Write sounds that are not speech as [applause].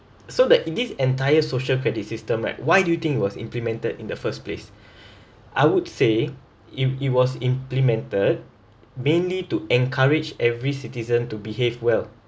so that in this entire social credit system right why do you think was implemented in the first place [breath] I would say i~ it was implemented mainly to encourage every citizen to behave well